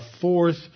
Fourth